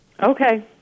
Okay